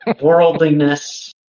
worldliness